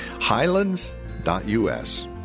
Highlands.us